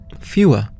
fewer